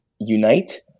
unite